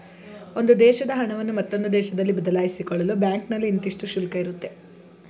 ಒಂದು ದೇಶದ ಹಣವನ್ನು ಮತ್ತೊಂದು ದೇಶದಲ್ಲಿ ಬದಲಾಯಿಸಿಕೊಳ್ಳಲು ಬ್ಯಾಂಕ್ನಲ್ಲಿ ಇಂತಿಷ್ಟು ಶುಲ್ಕ ಇರುತ್ತೆ